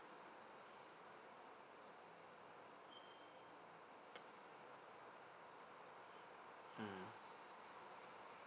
mm